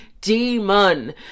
demon